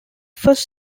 first